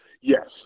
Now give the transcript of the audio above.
Yes